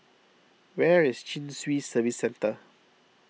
where is Chin Swee Service Centre